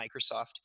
Microsoft